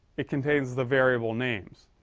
it contains the variable names.